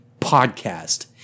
podcast